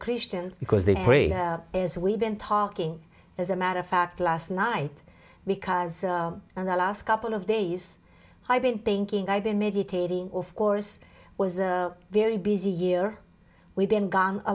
christians because the years we've been talking as a matter of fact last night because in the last couple of days i've been thinking i've been meditating of course was very busy year we've been gone a